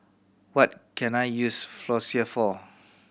what can I use Floxia for